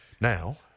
Now